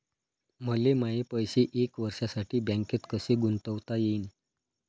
मले माये पैसे एक वर्षासाठी बँकेत कसे गुंतवता येईन?